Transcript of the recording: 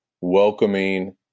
welcoming